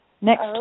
Next